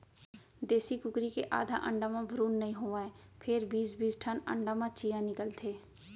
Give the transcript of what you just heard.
देसी कुकरी के आधा अंडा म भ्रून नइ होवय फेर बीस बीस ठन अंडा म चियॉं निकलथे